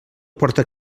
porta